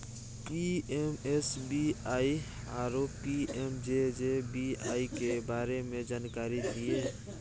PMSBY आरो PMJJBY के बारे मे जानकारी दिय?